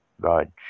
God